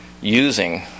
using